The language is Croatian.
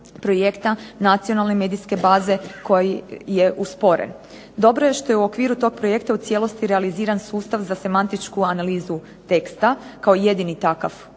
projekta nacionalne medijske baze koja je uspore. Dobro je što je u okviru toga projekta u cijelosti realiziran sustav za semantičku analizu teksta kao jedini takav u